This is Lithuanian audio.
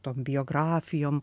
tom biografijom